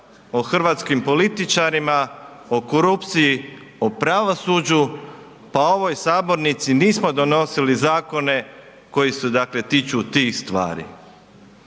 o hrvatskim političarima, o korupciji, o pravosuđu pa u ovoj sabornici nismo donosili zakone koji se tiču tih stvari?